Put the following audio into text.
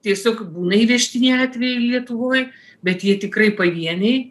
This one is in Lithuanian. tiesiog būna įvežtiniai atvejai lietuvoj bet jie tikrai pavieniai